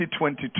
2022